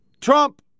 Trump